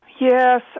Yes